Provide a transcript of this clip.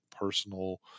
personal